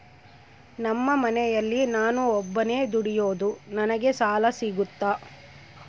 ನಮ್ಮ ಮನೆಯಲ್ಲಿ ನಾನು ಒಬ್ಬನೇ ದುಡಿಯೋದು ನನಗೆ ಸಾಲ ಸಿಗುತ್ತಾ?